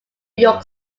york